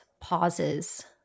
pauses